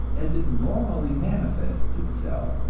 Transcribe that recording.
as it normally manifests itself,